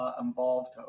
involved